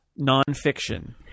nonfiction